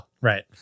right